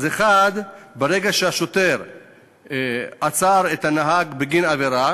1. ברגע שהשוטר עוצר את הנהג בגין עבירה